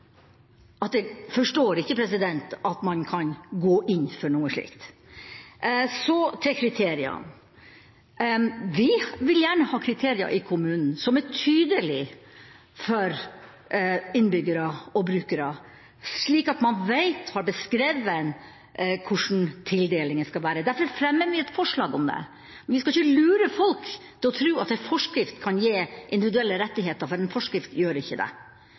jeg ikke forstår at man kan gå inn for noe slikt. Så til kriteriene. Vi vil gjerne ha kriterier i kommunen som er tydelige for innbyggere og brukere, slik at man vet – har beskrevet – hvordan tildelingen skal være. Derfor fremmer vi et forslag om det. Vi skal ikke lure folk til å tro at en forskrift kan gi individuelle rettigheter, for en forskrift gjør ikke det.